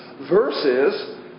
versus